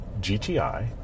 GTI